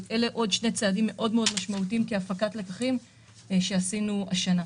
אלה עוד שני צעדים משמעותיים מאוד כהפקת לקחים שעשינו השנה.